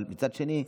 אבל מצד שני,